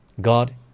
God